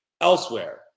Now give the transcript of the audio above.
elsewhere